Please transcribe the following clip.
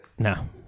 No